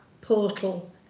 portal